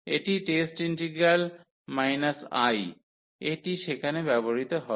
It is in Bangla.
এটি টেস্ট ইন্টিগ্রাল - I এটি সেখানে ব্যবহৃত হবে